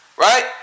Right